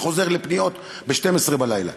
שחוזר לפניות ב-12 בלילה.